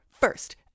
first